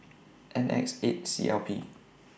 N X eight C L P